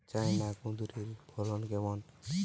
China কুঁদরীর ফলন কেমন?